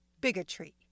bigotry